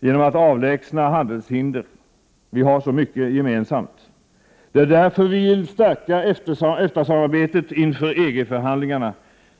genom att avlägsna handelshinder. Vi har så mycket gemensamt. Det är därför vi vill stärka EFTA-samarbetet inför EG förhandlingarna.